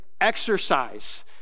exercise